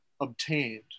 obtained